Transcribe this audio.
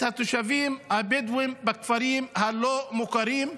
את התושבים הבדואים בכפרים הלא-מוכרים,